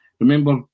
Remember